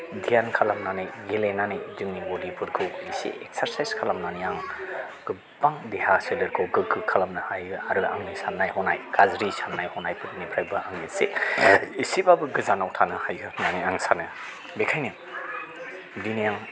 ध्यान खालामनानै गेलेनानै जोंनि बडिफोरखौ एसे एक्सारसाइस खालामनानै आं गोबां देहा सोलेरखौ गोग्गो खालामनो हायो आरो आंनि साननाय हनाय गाज्रि साननाय हनायफोरनिफ्रायबो आं एसे एसेब्लाबो गोजानाव थानो हायो होननानै आं सानो बेखायनो दिनै आं